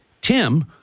Tim